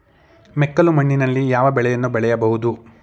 ಮೆಕ್ಕಲು ಮಣ್ಣಿನಲ್ಲಿ ಯಾವ ಬೆಳೆಯನ್ನು ಬೆಳೆಯಬಹುದು?